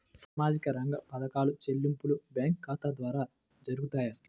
సామాజిక రంగ పథకాల చెల్లింపులు బ్యాంకు ఖాతా ద్వార జరుగుతాయా?